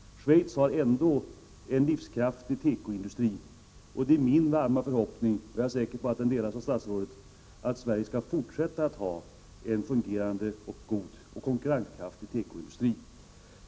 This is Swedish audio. Schweiz har ändå en livskraftig tekoindustri. Och det är min varma förhoppning, som jag är säker på delas av statsrådet, att Sverige skall fortsätta att ha en fungerande, god och konkurrenskraftig tekoindustri.